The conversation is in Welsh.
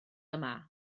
yma